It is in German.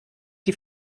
die